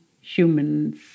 humans